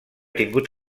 tingut